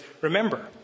Remember